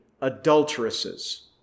adulteresses